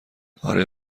اره